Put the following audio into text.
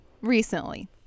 Recently